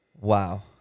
Wow